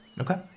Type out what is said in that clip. okay